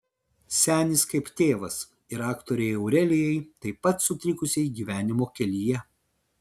senis kaip tėvas ir aktorei aurelijai taip pat sutrikusiai gyvenimo kelyje